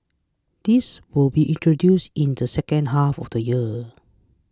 this will be introduced in the second half of the year